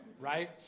right